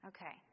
Okay